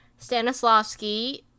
Stanislavski